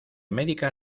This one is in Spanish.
médica